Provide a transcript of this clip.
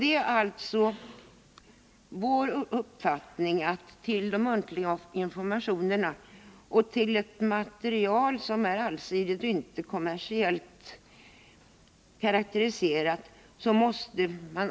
Det är alltså vår upprfattning att man utöver muntliga informationer måste ha ett allsidigt och icke kommersiellt skriftligt material.